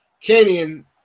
canyon